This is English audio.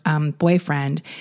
boyfriend